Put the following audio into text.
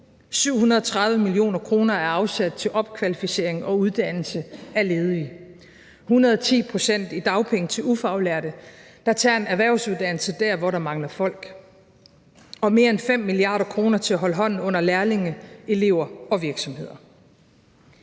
730 mio. kr. er afsat til opkvalificering og uddannelse af ledige. Der er afsat 110 pct. i dagpenge til ufaglærte, som tager en erhvervsuddannelse der, hvor der mangler folk. Og der er afsat mere end 5 mia. kr. til at holde hånden under lærlinge, elever og virksomheder.